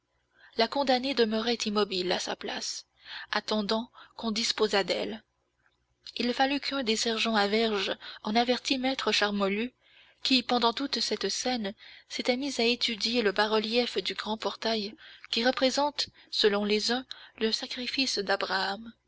la condamnée demeurait immobile à sa place attendant qu'on disposât d'elle il fallut qu'un des sergents à verge en avertît maître charmolue qui pendant toute cette scène s'était mis à étudier le bas-relief du grand portail qui représente selon les uns le sacrifice d'abraham